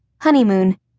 Honeymoon